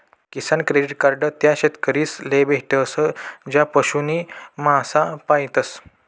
किसान credit card त्या शेतकरीस ले भेटस ज्या पशु नी मासा पायतस